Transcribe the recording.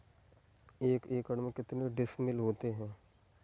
एक एकड़ में कितने डिसमिल होता है?